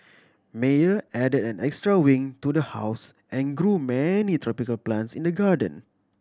Meyer added an extra wing to the house and grew many tropical plants in the garden